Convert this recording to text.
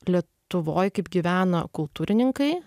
lietuvoj kaip gyvena kultūrininkai